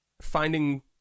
finding